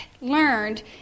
learned